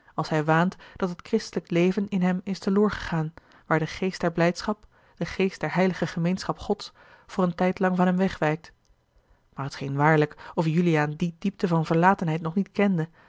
als hij waant dat het christelijk leven in hem is teloorgegaan waar de geest der blijdschap de geest der heilige gemeenschap gods voor een tijdlang van hem wegwijkt maar het scheen waarlijk of juliaan die diepte van verlatenheid nog niet kende